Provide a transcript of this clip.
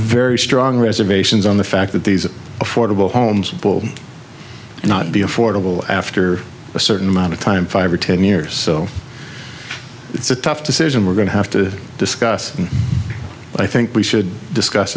very strong reservations on the fact that these are affordable homes will not be affordable after a certain amount of time five or ten years so it's a tough decision we're going to have to discuss i think we should discuss